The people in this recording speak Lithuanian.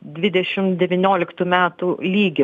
dvidešim devynioliktų metų lygį